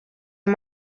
los